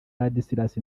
ladislas